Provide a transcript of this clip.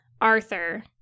Arthur